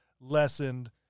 lessened